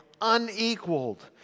unequaled